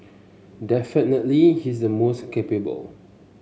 definitely he is the most capable